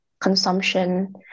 consumption